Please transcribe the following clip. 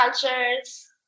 cultures